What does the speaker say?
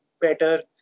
better